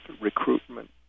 recruitment